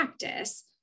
practice